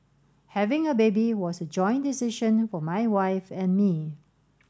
having a baby was a joint decision for my wife and me